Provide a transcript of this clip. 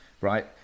Right